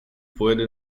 pojede